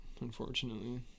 unfortunately